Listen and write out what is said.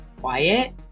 quiet